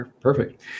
perfect